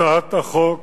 הצעת החוק